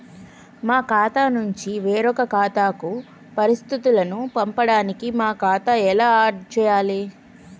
మా ఖాతా నుంచి వేరొక ఖాతాకు పరిస్థితులను పంపడానికి మా ఖాతా ఎలా ఆడ్ చేయాలి?